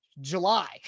July